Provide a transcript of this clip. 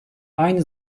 aynı